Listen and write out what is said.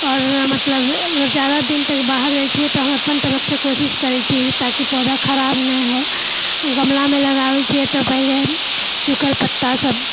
आओर मतलब जादा दिन तक बाहर रहै छिऐ तऽ हम अपन तरफसँ कोशिश करै छिऐ ताकि पौधा खराब नहि हो गमलामे लगाबै छिऐ तऽ पहिले सूखल पत्तासभ